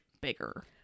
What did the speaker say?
bigger